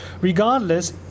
regardless